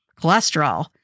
cholesterol